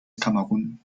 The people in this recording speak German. kamerun